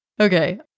Okay